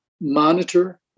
monitor